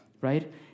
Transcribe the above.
right